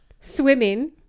swimming